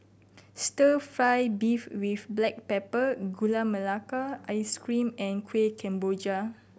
Stir Fry beef with black pepper Gula Melaka Ice Cream and Kuih Kemboja